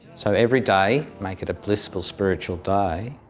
so every day make it a blissful spiritual day,